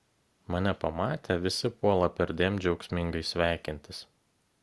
mane pamatę visi puola perdėm džiaugsmingai sveikintis